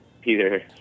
Peter